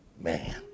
man